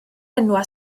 enwau